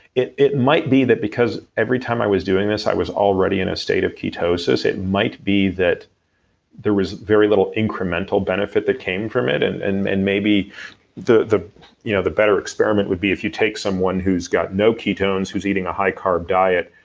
it might might be that because every time i was doing this, i was already in a state of ketosis. it might be that there was very little incremental benefit that came from it, and and and maybe the the you know better experiment would be if you take someone who's got no ketones, who's eating a high carb diet,